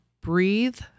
breathe